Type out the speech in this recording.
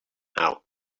now